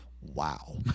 wow